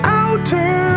outer